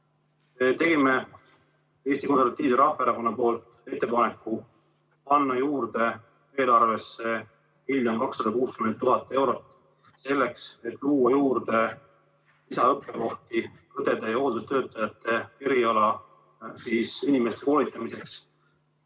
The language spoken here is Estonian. Tegime Eesti Konservatiivse Rahvaerakonna poolt ettepaneku panna juurde eelarvesse 1 260 000 eurot, selleks et luua juurde lisaõppekohti õdede ja hooldustöötajate eriala inimeste koolitamiseks.